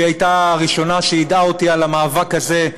שהייתה הראשונה שיידעה אותי על המאבק הזה,